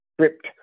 script